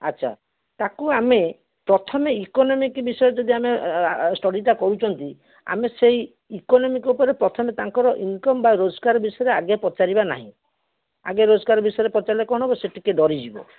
ଆଚ୍ଛା ତା'କୁ ଆମେ ପ୍ରଥମେ ଇକୋନୋମିକ୍ ବିଷୟରେ ଯଦି ଆମେ ଷ୍ଟଡ଼ିଟା କରୁଛନ୍ତି ଆମେ ସେଇ ଇକୋନୋମିକ୍ ଉପରେ ପ୍ରଥମେ ତାଙ୍କର ଇନ୍କମ୍ ବା ରୋଜଗାର ବିଷୟରେ ଆଗେ ପଚାରିବା ନାହିଁ ଆଗେ ରୋଜଗାର ବିଷୟରେ ପଚାରିଲେ କ'ଣ ହେବ ସେ ଟିକେ ଡ଼ରି ଯିବ